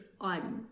on